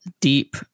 deep